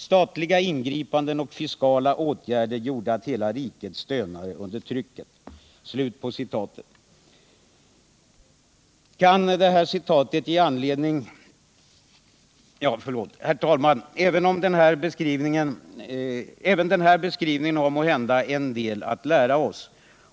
Statliga ingripanden och fiskala åtgärder gjorde att hela riket stönade under trycka Även den här beskrivningen har måhända en del att lära oss.